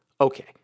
Okay